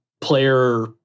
player